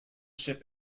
ship